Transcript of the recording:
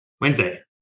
Wednesday